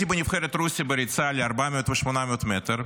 -- ל-400 ו-800 מטר.